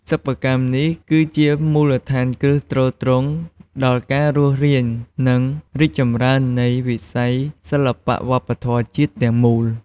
សិប្បកម្មនេះគឺជាមូលដ្ឋានគ្រឹះទ្រទ្រង់ដល់ការរស់រាន និងរីកចម្រើននៃវិស័យសិល្បៈវប្បធម៌ជាតិទាំងមូល។